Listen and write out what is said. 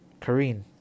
kareen